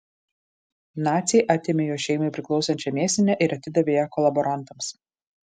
naciai atėmė jo šeimai priklausančią mėsinę ir atidavė ją kolaborantams